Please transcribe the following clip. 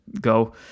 go